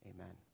Amen